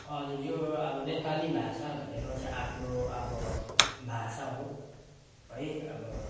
हजुर यो अब नेपाली भाषा भनेको चाहिँ आफ्नो अब भाषा हो है अब